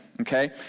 okay